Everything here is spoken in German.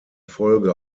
folge